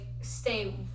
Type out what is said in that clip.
Stay